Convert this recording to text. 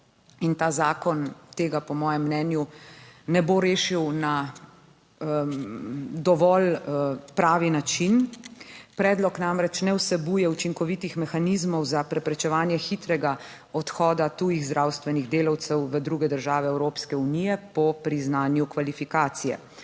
In ta zakon tega po mojem mnenju ne bo rešil na dovolj pravi način. Predlog namreč ne vsebuje učinkovitih mehanizmov za preprečevanje hitrega odhoda tujih zdravstvenih delavcev v druge države Evropske unije po priznanju kvalifikacije.